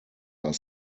are